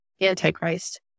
antichrist